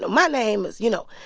my name is, you know,